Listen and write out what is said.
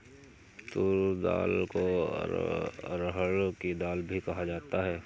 तूर दाल को अरहड़ की दाल भी कहा जाता है